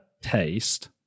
taste